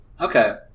Okay